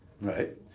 Right